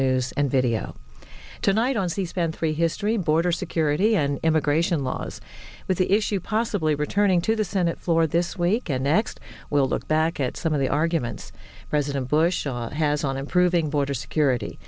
news and video tonight on c span three history border security and immigration laws with the issue possibly returning to the senate floor this week and next we'll look back at some of the arguments president bush has on improving border security